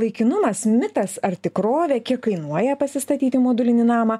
laikinumas mitas ar tikrovė kiek kainuoja pasistatyti modulinį namą